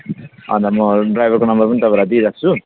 अनि त म ड्राइभरको नम्बर पनि तपाईँलाई दिइराख्छु